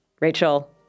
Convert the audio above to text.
Rachel